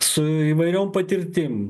su įvairiom patirtim